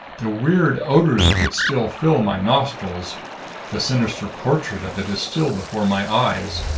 the weird odors of it still fill my nostrils the sinister portrait of it is still before my eyes.